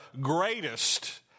greatest